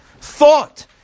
thought